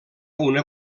una